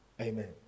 Amen